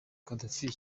gaddafi